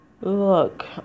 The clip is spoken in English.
Look